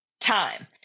time